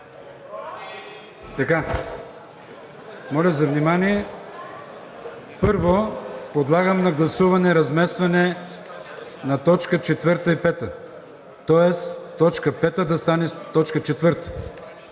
Моля за внимание. Първо подлагам на гласуване разместване на точка четвърта и пета, тоест точка пета да стане точка четвърта.